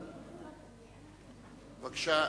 בבקשה.